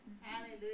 Hallelujah